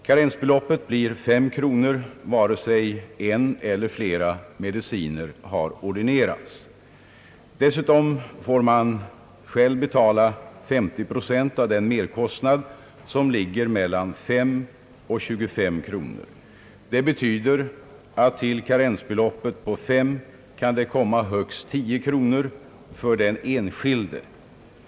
Karensbeloppet blir 5 kronor, vare sig en eller flera mediciner har ordinerats. Dessutom får man själv betala 50 procent av den merkostnad som ligger mellan 5 och 25 kronor. Det betyder att till karensbeloppet på 5 kronor kan det komma högst 10 kronor för den enskilde.